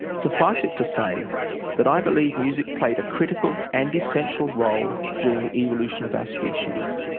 suffice it to say that i believe music played a critical and essential role during the evolution of our species,